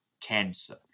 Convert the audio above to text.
cancer